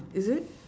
is it